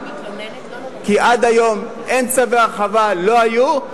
כי עד היום אין צווי הרחבה, לא היו.